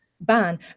ban